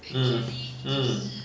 mm mm